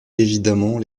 évidemment